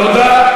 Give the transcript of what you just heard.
תודה.